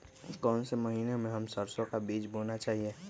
कौन से महीने में हम सरसो का बीज बोना चाहिए?